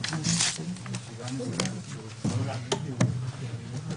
הישיבה ננעלה בשעה 11:28.